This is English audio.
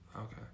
Okay